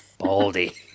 Baldy